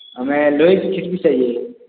हमें लोहे की खिड़की चाहिए